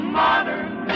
modern